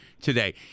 today